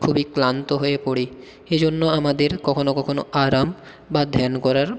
খুবই ক্লান্ত হয়ে পড়ি এই জন্য আমাদের কখনও কখনও আরাম বা ধ্যান করার